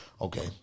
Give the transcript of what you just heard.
Okay